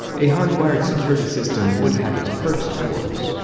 a hardwired security system would have its perks of course,